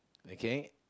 okay